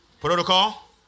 Protocol